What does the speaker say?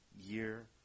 year